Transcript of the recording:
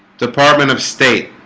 department of state